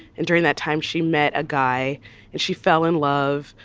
and during that time she met a guy and she fell in love.